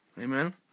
Amen